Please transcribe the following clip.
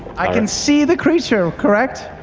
i can see the creature, correct?